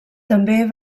també